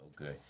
Okay